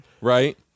right